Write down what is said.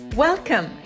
Welcome